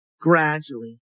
gradually